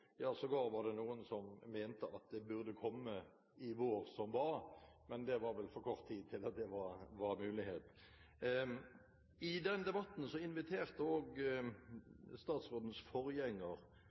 Ja, sågar var det noen som mente at det burde kommet våren som var, men det var vel for kort tid til at det var mulighet for det. I den debatten inviterte